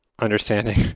understanding